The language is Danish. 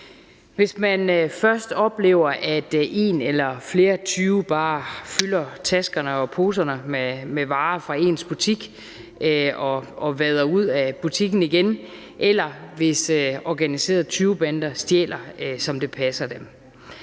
hvis man først oplever, at en eller flere tyve bare fylder taskerne og poserne med varer fra ens butik og vader ud af butikken igen, eller hvis organiserede tyvebander stjæler, som det passer dem,